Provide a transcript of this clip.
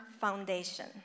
foundation